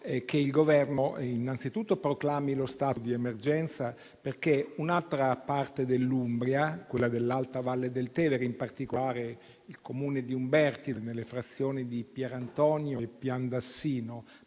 che il Governo proclami innanzitutto lo stato di emergenza. Un’altra parte dell’Umbria, quella dell’alta Valle del Tevere, in particolare il Comune di Umbertide, nelle frazioni di Pierantonio e Pian d’Assino,